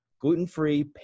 gluten-free